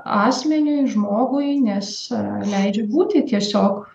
asmeniui žmogui nes leidžia būti tiesiog